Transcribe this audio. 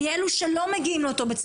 מאלו שלא מגיעים לאותו בית ספר,